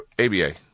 ABA